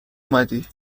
اومدی